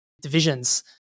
divisions